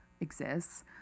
exists